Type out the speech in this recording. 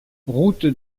route